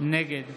נגד